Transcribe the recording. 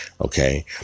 Okay